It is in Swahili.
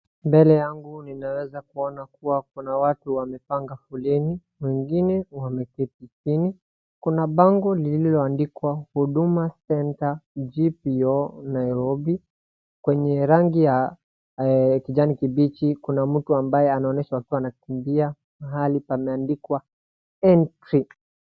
Mbele yangu nimeweza kuona kuwa kuna watu wamepanga foleni wengine wameketi chini. Kuna bango lililoandikwa Huduma center GPO Nairobi. Kwenye rangi ya kijani kimbichi kuna mtu ambaye anaoneshwa akiwa amekimbia mahali pameandikwa entry .